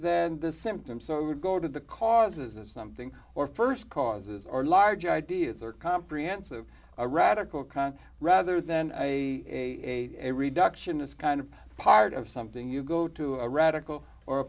than the symptoms or would go to the causes of something or st causes or large ideas or comprehensive radical kind rather than a reduction is kind of part of something you go to a radical or